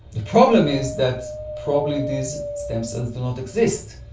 the problem is that probably these stem cells do not exist.